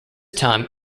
time